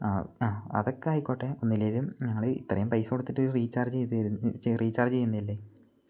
ആ അതൊക്കെ ആയിക്കോട്ടെ ഒന്നിലേലും ഞങ്ങൾ ഇത്രേം പൈസ കൊടുത്തിട്ട് റീചാർജെയ്ത്ര റീചാർജ് ചെയ്യുന്നതല്ലേ